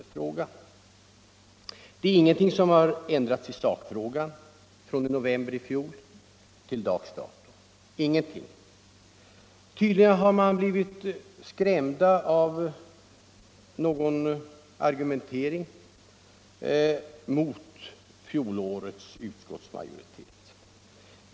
I sakfrågan har ingenting förändrats från riksdagens behandling av den här frågan i november i fjol.